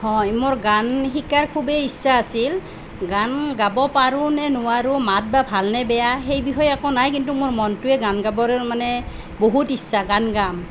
হয় মোৰ গান শিকাৰ খুবেই ইচ্ছা আছিল গান গাব পাৰোঁ নে নোৱাৰোঁ মাত বা ভাল নে বেয়া সেই বিষয়ে একো নাই কিন্তু মোৰ মনটোৱে গান গাবৰ মানে বহুত ইচ্ছা গান গাম